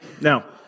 Now